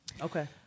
Okay